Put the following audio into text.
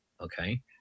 okay